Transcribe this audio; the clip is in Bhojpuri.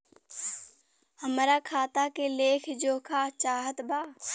हमरा खाता के लेख जोखा चाहत बा?